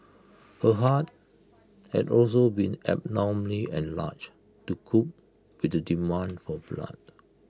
her heart had also been abnormally enlarged to cope with the demand for blood